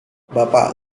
bapak